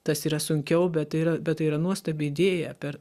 tas yra sunkiau bet tai yra bet tai yra nuostabi idėja per